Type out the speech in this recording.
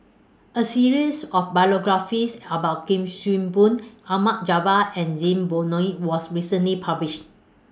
A series of biographies about Kuik Swee Boon Ahmad Jaafar and Zainudin Nordin was recently published